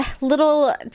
little